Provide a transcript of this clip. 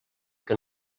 que